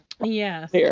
Yes